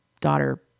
daughter